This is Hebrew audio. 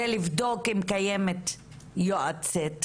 זה לבדוק אם קיימת יועצת,